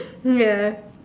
ya